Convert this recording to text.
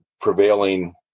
prevailing